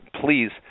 please